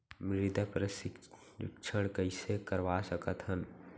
मृदा परीक्षण कइसे करवा सकत हन?